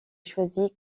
choisi